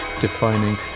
defining